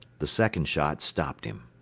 the second shot stopped him.